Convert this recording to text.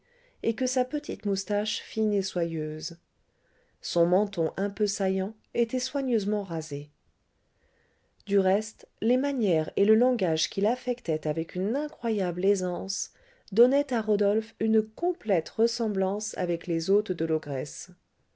et que sa petite moustache fine et soyeuse son menton un peu saillant était soigneusement rasé du reste les manières et le langage qu'il affectait avec une incroyable aisance donnaient à rodolphe une complète ressemblance avec les hôtes de